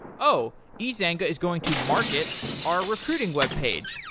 oh! ezanga is going to market our recruiting webpage.